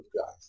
guys